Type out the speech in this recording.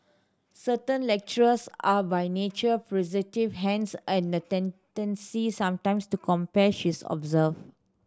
certain lectures are by nature hence and a tendency sometimes to compare she's observed